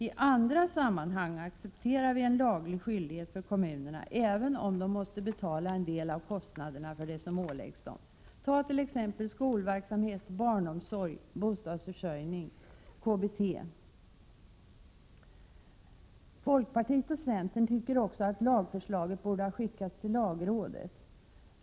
I andra sammanhang accepterar vi en laglig skyldighet för kommunerna, även om de måste bära en del av kostnaderna för det som åläggs dem. Det gäller t.ex. skolverksamhet, barnomsorg, bostadsförsörjning och KBT. Folkpartiet och centern tycker också att lagförslaget borde ha remitterats tilllagrådet.